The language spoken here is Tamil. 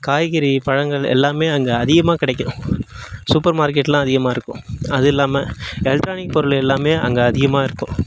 காய்கறி பழங்கள் எல்லாமே அங்கே அதிகமாக கிடைக்கும் சூப்பர் மார்க்கெட்லாம் அதிகமாக இருக்கும் அதுவும் இல்லாமல் எலெக்ட்ரானிக் பொருள் எல்லாமே அங்கே அதிகமாக இருக்கும்